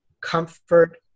comfort